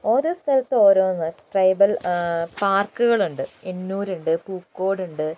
ഓരോ സ്ഥലത്ത് ഓരോന്ന് ട്രൈബൽ പാർക്കുകളുണ്ട് എന്നൂരുണ്ട് പൂക്കോടുണ്ട്